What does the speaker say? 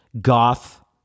goth